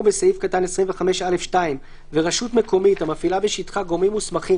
בסעיף קטן 25(א)(2) ורשות מקומית המפעילה בשטחה גורמים מוסמכים